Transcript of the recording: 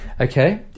Okay